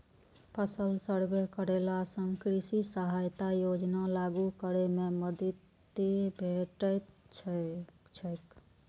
फसल सर्वे करेला सं कृषि सहायता योजना लागू करै मे मदति भेटैत छैक